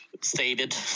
stated